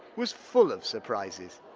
was full of surprises,